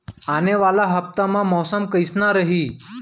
आने वाला हफ्ता मा मौसम कइसना रही?